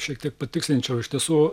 šiek tiek patikslinčiau iš tiesų